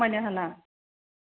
खमायनो हाला